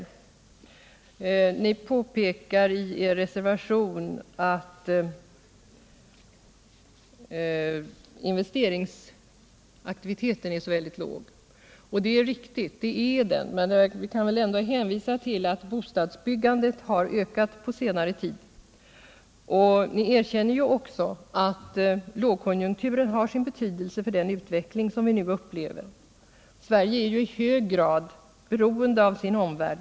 Socialdemokraterna påpekar i en reservation att investeringsaktiviteten är så låg, och det är riktigt. Det är den. Men vi kan ändå hänvisa till att bostadsbyggandet har ökat på senare tid. Ni erkänner ju också att lågkonjunkturen har sin betydelse för den utveckling som vi nu upplever. Vårt land är i hög grad beroende av sin omvärld.